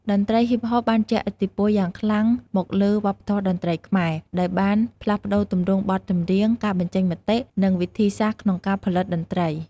តន្រ្តីហ៊ីបហបបានជះឥទ្ធិពលយ៉ាងខ្លាំងមកលើវប្បធម៌តន្ត្រីខ្មែរ ដោយបានផ្លាស់ប្ដូរទម្រង់បទចម្រៀង ការបញ្ចេញមតិ និងវិធីសាស្រ្តក្នុងការផលិតតន្ត្រី។